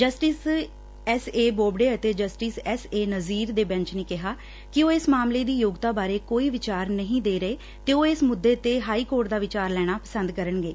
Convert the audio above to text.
justice S A Bobde ਅਤੇ justice S A Nazeer ਦੇ bench ਨੇ ਕਿਹਾ ਕਿ ਉਹ ਇਸ ਮਾਮਲੇ ਦੀ ਯੋਗਤਾ ਬਾਰੇ ਕੋਈ ਵਿਚਾਰ ਨਹੀਂ ਦੇ ਰਹੇ ਤੇ ਉਹ ਇਸ ਮੁੱਦੇ ਤੇ ਹਾਈ ਕੋਰਟ ਦਾ ਵਿਚਾਰ ਲੈਣਾ ਪਸੰਦ ਕਰਨਗੇ